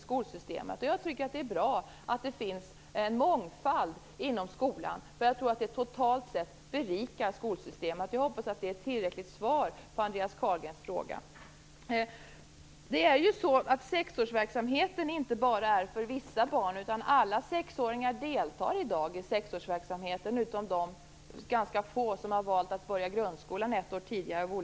Jag tycker också att det är bra att det finns en mångfald inom skolan. Jag tror att det totalt sett berikar skolsystemet. Jag hoppas att det är ett tillräckligt svar på Andreas Carlgrens fråga. Sedan är det inte så att sexårsverksamheten bara är för vissa barn. Alla sexåringar deltar i dag i sexårsverksamheten utom de - ganska få - som av olika skäl har valt att börja grundskolan ett år tidigare.